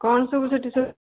କ'ଣ ସବୁ ସେଠି ସବୁ